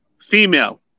female